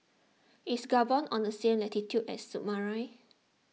is Gabon on the same latitude as Suriname